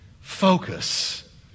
focus